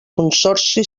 consorci